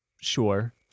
sure